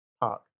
park